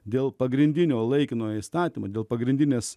dėl pagrindinio laikinojo įstatymo dėl pagrindinės